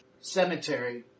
Cemetery